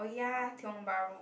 oh ya Tiong-Bahru